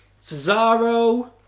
Cesaro